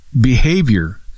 behavior